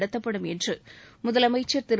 நடத்தப்படும் என்று முதலமைச்சர் திரு